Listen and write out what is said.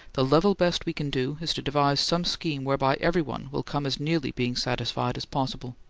the level best we can do is to devise some scheme whereby everyone will come as nearly being satisfied as possible.